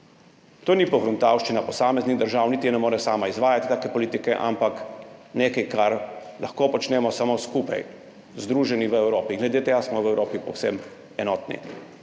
To ni pogruntavščina posameznih držav, niti je ne more sama izvajati, take politike, ampak nekaj, kar lahko počnemo samo skupaj, združeni v Evropi. Glede tega smo v Evropi povsem enotni.